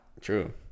True